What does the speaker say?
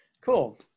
Cool